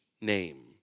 name